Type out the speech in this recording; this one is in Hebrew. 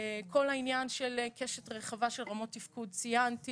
כל העניין של קשת רחבה של רמות תפקוד כבר ציינתי.